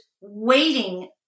waiting